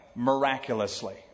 miraculously